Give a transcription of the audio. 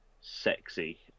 sexy